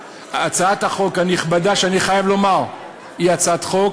הצעת החוק הנכבדה, אני חייב לומר, היא הצעת חוק